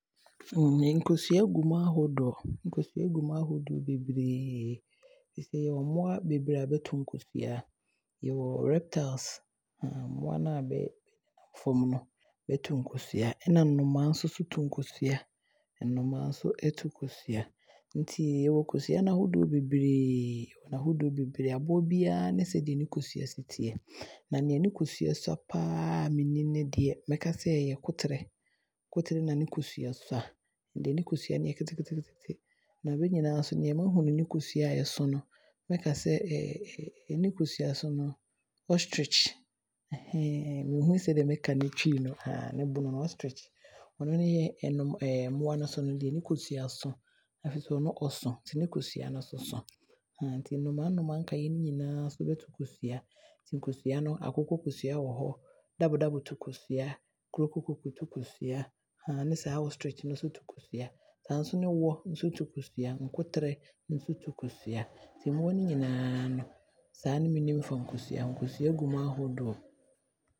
Nkosua gu mu ahodoɔ, nkosua gu mu ahodoɔ beberee. Ɛfisɛ yɛwɔ mmoa beberee a bɛto nkosua, yɛwɔ reptiles mmoa no a bɛdada fam no bɛto nkosua, nna nnomaa nso to nkosua, nnomaa nso bɛto nkosua. Nti yɛwɔ nkosua no ahodoɔ beberee, ahodoɔ beberee, aboa biaa ne sɛdeɛ ne kosua si teɛ, na neɛ ne kosua sua paaa ne nim no yɛ deɛ, mɛkasɛ ɛyɛ koterɛ. Koterɛ na ne kosua sua, ɔno ne kosua no yɛ ketekete na wɔn nyinaa nso nea maahu ne kosua a ɛso so, mɛkasɛ nea ne kosua so no, ostretch menhu sɛnea mɛka ne Twi no, ne Bono no, ostretch ɔno be yɛ nnomaa no mmoa no deɛ ne kosua so. Ɛfisɛ ɔno ɔso n tu ne kosua nso so, nti nnomaa nnomaa nkaeɛ no nyinaa nso bɛto kosua, nti kosua no akokɔ kosua wɔ hɔ, dabodabo to kosua, kurokurokoko nso to kosua, ne saa ostretch no nso to kosua. Saa nso ne wɔ nso to kosua, nkoterɛ nso to kosua, mmoa no nyinaa no saa ne ne nim fa nkosua ho. Nkosua gu mu ahodoɔ.